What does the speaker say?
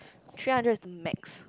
three hundred is the max